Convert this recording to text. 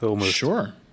sure